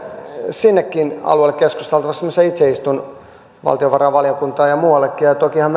sinnekin alueelle keskusteltavaksi missä itse istun valtiovarainvaliokuntaan ja muuallekin ja tokihan